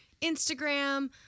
Instagram